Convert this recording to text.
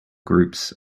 groups